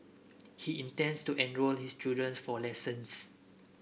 he intends to enrol his children's for lessons